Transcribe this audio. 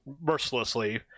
mercilessly